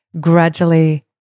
gradually